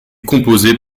composé